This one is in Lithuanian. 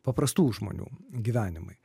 paprastų žmonių gyvenimai